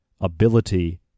ability